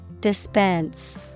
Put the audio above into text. Dispense